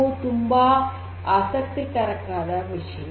ಇವು ತುಂಬಾ ಆಸಕ್ತಿಕರವಾದ ವಿಷಯ